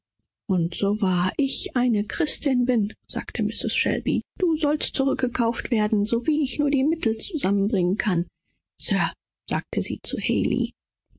und so wahr ich eine christliche frau bin sagte mrs shelby du sollst wieder eingelöst werden sobald ich einigermaßen mittel zusammenbringen kann mr haley fügte sie zu